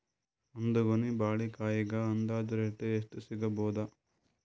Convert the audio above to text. ಒಂದ್ ಗೊನಿ ಬಾಳೆಕಾಯಿಗ ಅಂದಾಜ ರೇಟ್ ಎಷ್ಟು ಸಿಗಬೋದ?